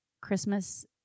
Christmas